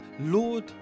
Lord